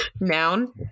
Noun